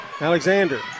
Alexander